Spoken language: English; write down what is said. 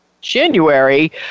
January